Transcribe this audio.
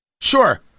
Sure